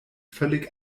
völlig